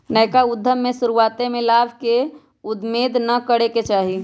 नयका उद्यम में शुरुआते में लाभ के उम्मेद न करेके चाही